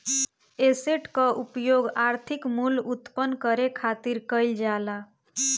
asset कअ उपयोग आर्थिक मूल्य उत्पन्न करे खातिर कईल जाला